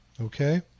Okay